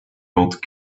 old